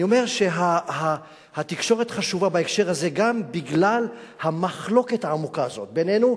אני אומר שהתקשורת חשובה בהקשר הזה גם בגלל המחלוקת העמוקה הזאת בינינו,